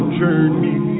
journey